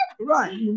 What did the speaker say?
right